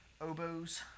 oboes